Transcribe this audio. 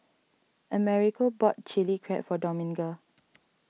Americo bought Chilli Crab for Dominga